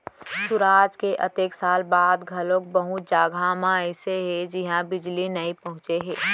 सुराज के अतेक साल बाद घलोक बहुत जघा ह अइसे हे जिहां बिजली नइ पहुंचे हे